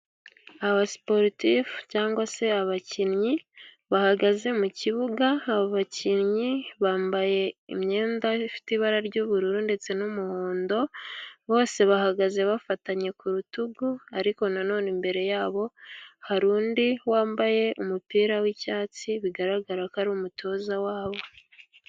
Aba siporutifu cyangwa se abakinnyi bahagaze mu kibuga; abakinnyi bambaye imyenda ifite ibara ry' ubururu ndetse n' umuhondo bose bahagaze bafatanye ku rutugu, ariko na none imbere yabo hari undi wambaye umupira w' icyatsi bigaragara ko ari umutoza wabo.